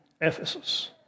Ephesus